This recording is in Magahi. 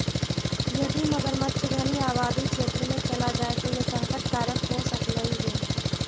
यदि मगरमच्छ घनी आबादी क्षेत्र में चला जाए तो यह संकट कारक हो सकलई हे